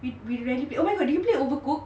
we rarely oh my god did you overcook